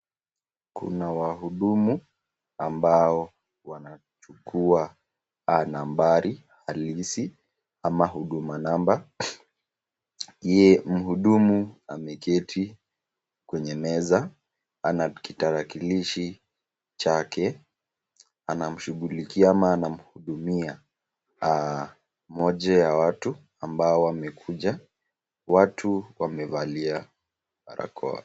Kuna wahudumu ambao wanachukua nambari halisi ama huduma namba ,mhudumu ameketi kwenye meza ana kitarakilishi chake anamshughulikia ama anamhudumia mmoja watu ambao wamekuja watu wamevalia barakoa.